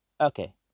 Okay